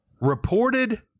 Reported